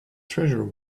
treasure